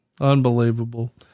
unbelievable